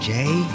Jay